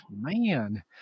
man